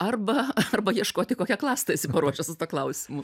arba arba ieškoti kokią klastą esi paruošęs su tuo klausimu